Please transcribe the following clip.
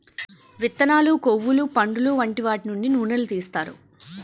విత్తనాలు, కొవ్వులు, పండులు వంటి వాటి నుండి నూనెలు తీస్తారు